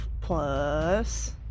plus